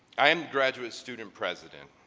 i am graduate student president.